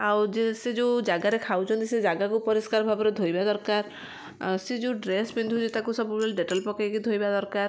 ଆଉ ଯେ ସେ ଯେଉଁ ଜାଗାରେ ଖାଉଛନ୍ତି ସେ ଜାଗାକୁ ପରିଷ୍କାର ଭାବରେ ଧୋଇବା ଦରକାର ସେ ଯେଉଁ ଡ୍ରେସ ପିନ୍ଧୁଛି ତାକୁ ସବୁବେଳେ ଡେଟଲ ପକେଇକି ଧୋଇବା ଦରକାର